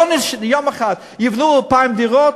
אם יבנו 2,000 דירות,